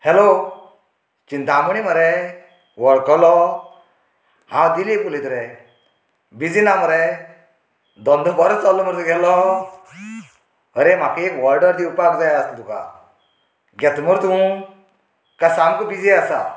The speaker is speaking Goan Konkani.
हॅलो चिंतामणी मरे वळखलो हांव दिलीप उलयता रे बिजी ना मरे धंदो बरो चल्ला मरे तुगेलो आरे म्हाका एक ऑर्डर दिवपाक जाय आसली तुका घेता मरे तूं काय सामको बिजी आसा